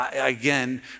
again